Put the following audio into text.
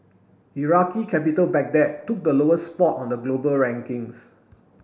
iraqi capital Baghdad took the lowest spot on the global rankings